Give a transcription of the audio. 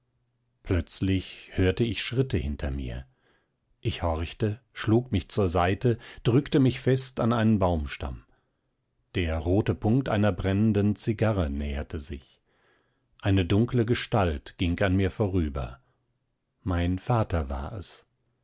plötzlich hörte ich schritte hinter mir ich horchte schlug mich zur seite drückte mich fest an einen baumstamm der rote punkt einer brennenden zigarre näherte sich eine dunkle gestalt ging an mir vorüber mein vater war es